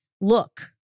look